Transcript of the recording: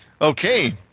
Okay